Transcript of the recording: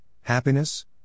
happiness